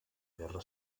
guerra